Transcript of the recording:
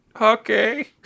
Okay